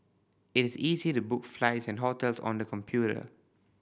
it is easy to book flights and hotels on the computer